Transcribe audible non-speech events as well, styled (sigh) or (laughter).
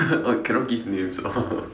oh cannot give names oh (laughs)